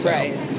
Right